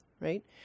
right